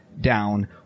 down